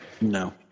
No